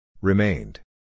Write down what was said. Remained